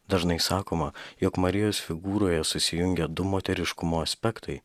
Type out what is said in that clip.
dažnai sakoma jog marijos figūroje susijungia du moteriškumo aspektai